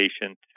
patient